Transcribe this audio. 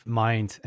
mind